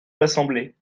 l’assemblée